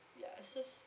ya so